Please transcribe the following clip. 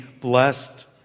blessed